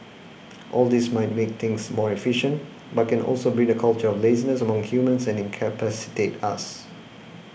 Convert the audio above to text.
all this might make things more efficient but can also breed a culture of laziness among humans and incapacitate us